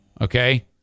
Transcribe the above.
Okay